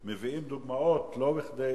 צריך לזכור שמביאים דוגמאות לא כדי